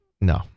No